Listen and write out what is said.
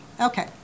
Okay